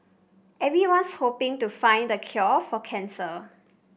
everyone's hoping to find the cure for cancer